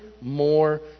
more